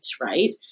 right